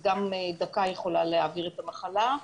אז גם דקה יכולה להעביר את המחלה.